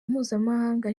mpuzamahanga